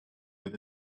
with